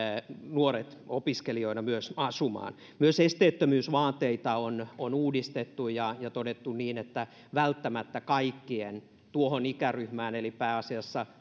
nuoret opiskelijoina asumaan myös esteettömyysvaateita on on uudistettu ja ja todettu että välttämättä kaikkien tuohon ikäryhmään eli pääasiassa